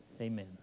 Amen